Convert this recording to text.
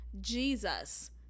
Jesus